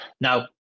Now